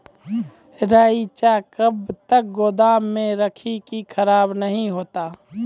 रईचा कब तक गोदाम मे रखी है की खराब नहीं होता?